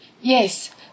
Yes